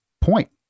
point